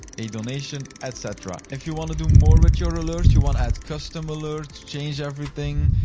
a donation, et cetera. if you wanna do more with your alerts, you wanna add custom alerts, change everything,